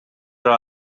ара